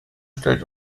stellt